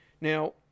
Now